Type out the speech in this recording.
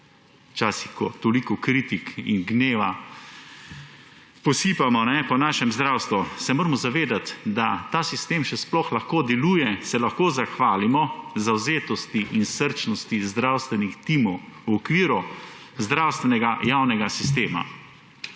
Včasih, ko toliko kritik in gneva posipamo po našem zdravstvu, se moramo zavedati, da ta sistem še sploh lahko deluje, se lahko zahvalimo zavzetosti in srčnosti zdravstvenih timov v okviru zdravstvenega javnega sistema,